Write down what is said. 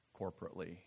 corporately